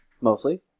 Mostly